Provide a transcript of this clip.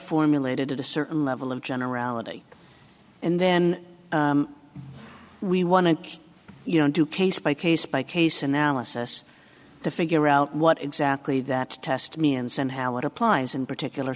formulated at a certain level of generality and then we want you know to case by case by case analysis to figure out what exactly that test means and how it applies in particular